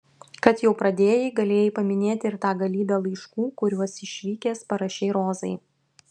kad jau pradėjai galėjai paminėti ir tą galybę laiškų kuriuos išvykęs parašei rozai